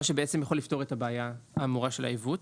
מה שיכול לפתור את הבעיה האמורה של העיוות.